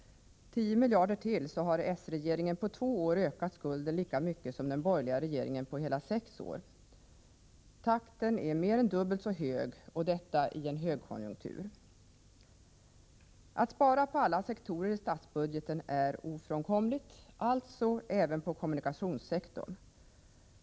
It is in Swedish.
10 miljarder till, så har s-regeringen på två år ökat skulden lika mycket som den borgerliga regeringen på hela sex år. Takten är mer än dubbelt så hög och detta i en högkonjunktur. Att spara på alla sektorer i statsbudgeten är ofrånkomligt, alltså även på kommunikationssektorn.